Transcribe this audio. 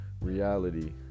reality